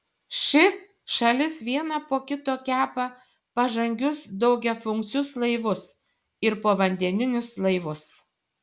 ši šalis vieną po kito kepa pažangius daugiafunkcius laivus ir povandeninius laivus